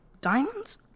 Diamonds